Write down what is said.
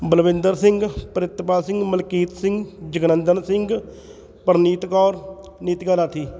Balwinder Singh Pritpal Singh Malkit Singh Jagnandan Singh Parneet Kaur Neetika Nathi